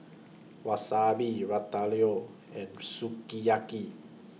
Wasabi Ratatouille and Sukiyaki